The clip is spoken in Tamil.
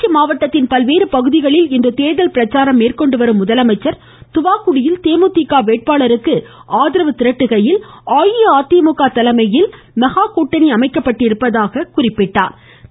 திருச்சி மாவட்டத்தின் பல்வேறு பகுதிகளில் இன்று தேர்தல் பிரச்சாரம் மேற்கொண்டு வரும் முதலமைச்சர் தூவாக்குடியில் தேமுதிக வேட்பாளருக்கு திரட்டுகையில் அஇஅதிமுக தலைமையில் மெகா ஆகரவு கூட்டணி அமைக்கப்பட்டுள்ளதாக கூறினார்